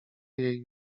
jej